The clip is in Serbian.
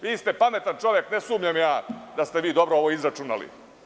Vi ste pametan čovek, ne sumnjam da ste vi dobro ovo izračunali.